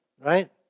right